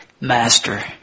Master